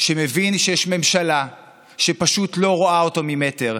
שמבין שיש ממשלה שפשוט לא רואה אותו ממטר.